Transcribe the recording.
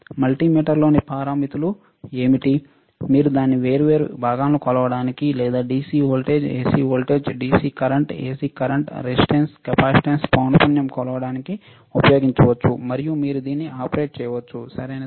మల్టీమీటర్లోని పారామితులు ఏమిటి మీరు దాన్ని వేర్వేరు భాగాలను కొలవడానికి లేదా DC voltage AC voltage DC current AC current resistance capacitance పౌనపుణ్యం కొలవడానికి ఉపయోగించవచ్చు మరియు మీరు దీన్ని ఆపరేట్ చేయవచ్చు సరియైనదా